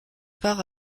part